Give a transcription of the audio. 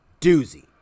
doozy